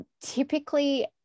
typically